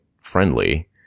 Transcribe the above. friendly